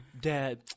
Dad